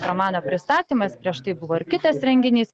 romano pristatymas prieš tai buvo ir kitas renginys